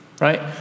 right